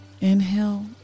Inhale